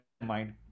mind